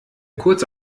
kurze